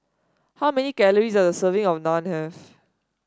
how many calories does a serving of Naan have